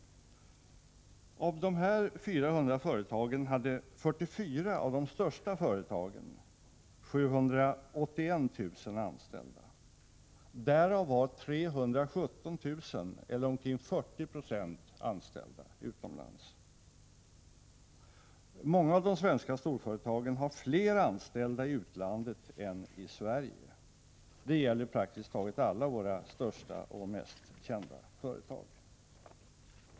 Av de här 400 företagen hade 44 av de största företagen 781 000 anställda; därav var 317 000, eller omkring 40 26, anställda utomlands. Många av de svenska storföretagen har fler anställda i utlandet än i Sverige. Det gäller praktiskt taget alla våra största och mest kända företag.